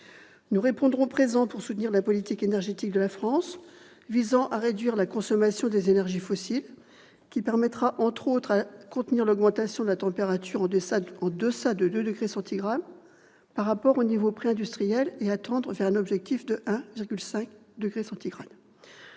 Nous serons présents pour soutenir la politique énergétique de la France visant à réduire la consommation des énergies fossiles, qui permettra, entre autres, de contenir l'augmentation de la température en deçà de 2°C par rapport aux niveaux préindustriels et à tendre vers un objectif de 1,5°C. Nous saluons les